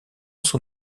son